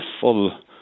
full